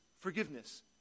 forgiveness